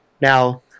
Now